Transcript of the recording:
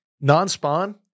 Non-spawn